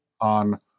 on